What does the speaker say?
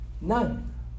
None